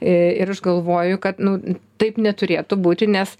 ir aš galvoju kad nu taip neturėtų būti nes